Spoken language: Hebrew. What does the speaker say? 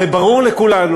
הרי ברור לכולנו,